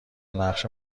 نقش